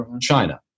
China